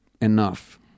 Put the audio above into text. enough